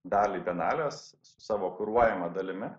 dalį bienalės su savo kuruojama dalimi